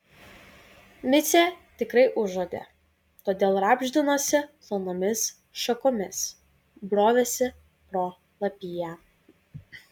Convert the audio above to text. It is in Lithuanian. micė tikrai užuodė todėl rabždinosi plonomis šakomis brovėsi pro lapiją